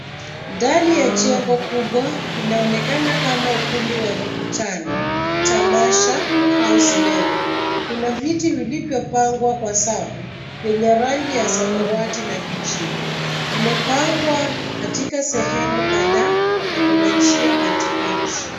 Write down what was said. Ndani ya jengo kubwa inaonekana kama ukumbi wa mikutano, tamasha au sinema. Kuna viti vilivyopangwa kwa safu, zenya rangi ya samawati na kijivu. Imepangwa katika sehemu kadhaa na kuna njia katikati.